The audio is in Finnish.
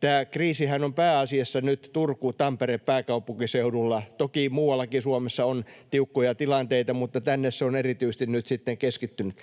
Tämä kriisihän on pääasiassa nyt Turussa, Tampereella ja pääkaupunkiseudulla — toki muuallakin Suomessa on tiukkoja tilanteita, mutta tänne se on erityisesti nyt sitten keskittynyt.